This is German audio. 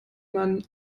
man